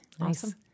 Awesome